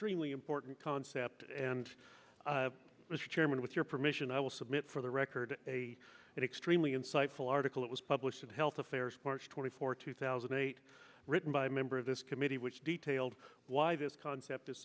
really important concept and mr chairman with your permission i will submit for the record a an extremely insightful article that was published in health affairs sports twenty four two thousand and eight written by a member of this committee which detailed why this concept is